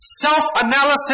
Self-analysis